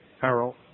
Harold